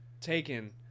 taken